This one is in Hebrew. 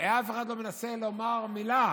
אף אחד לא מנסה לומר מילה